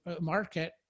market